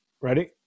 Ready